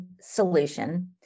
solution